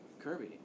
Kirby